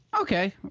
okay